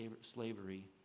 slavery